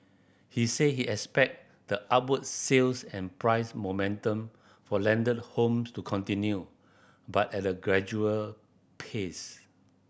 he said he expect the upward sales and price momentum for landed home to continue but at a gradual pace